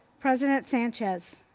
president sanchez,